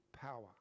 power